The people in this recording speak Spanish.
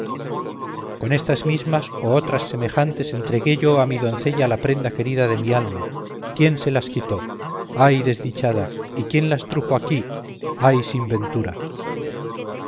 con estas mismas o otras semejantes entregué yo a mi doncella la prenda querida de mi alma quién se las quitó ay desdichada y quién las trujo aquí ay sin ventura